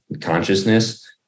consciousness